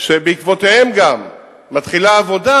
שבעקבותיהם גם מתחילה העבודה,